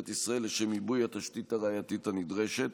ישראל לשם עיבוי התשתית הראייתית הנדרשת